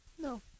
No